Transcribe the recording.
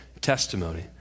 testimony